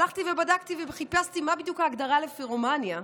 הלכתי ובדקתי וחיפשתי מה בדיוק ההגדרה לפירומניה,